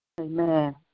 Amen